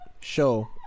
show